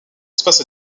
espaces